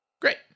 great